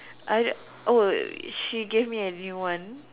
I oh she gave me a new one